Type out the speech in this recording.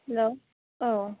hello औ